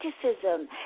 criticism